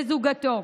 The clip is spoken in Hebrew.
בזוגתו.